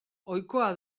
ohikoa